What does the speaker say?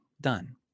done